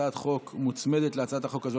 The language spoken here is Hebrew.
הצעת חוק מוצמדת להצעת החוק הזאת,